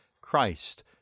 Christ